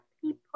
people